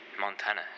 Montana